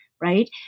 right